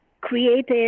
created